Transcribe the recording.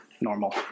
normal